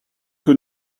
que